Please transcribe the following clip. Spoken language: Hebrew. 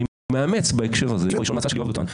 אני מאמץ בהקשר הזה את הסעיף הראשון מההצעה של יואב דותן.